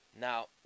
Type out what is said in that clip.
Now